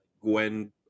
Gwen